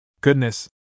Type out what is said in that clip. Goodness